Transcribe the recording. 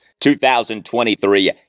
2023